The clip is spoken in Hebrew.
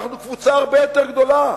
אנחנו קבוצה הרבה יותר גדולה,